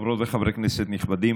חברות וחברי כנסת נכבדים,